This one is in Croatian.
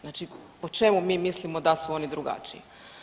Znači po čemu mi mislimo da su oni drugačiji?